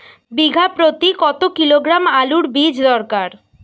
বিঘা প্রতি কত কিলোগ্রাম আলুর বীজ দরকার?